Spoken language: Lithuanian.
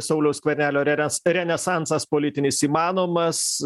sauliaus skvernelio reres renesansas politinis įmanomas